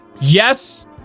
yes